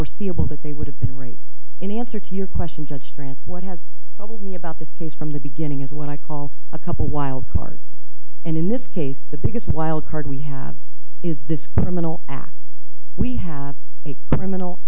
foreseeable that they would have been right in answer to your question judge grants what has troubled me about this case from the beginning is what i call a couple wild cards and in this case the biggest wild card we have is this criminal act we have a criminal